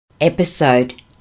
episode